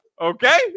Okay